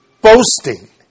boasting